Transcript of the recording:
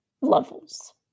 levels